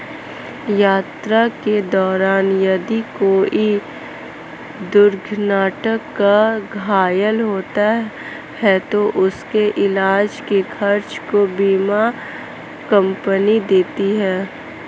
यात्रा के दौरान यदि कोई दुर्घटना में घायल होता है तो उसके इलाज के खर्च को बीमा कम्पनी देती है